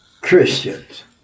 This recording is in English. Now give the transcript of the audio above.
Christians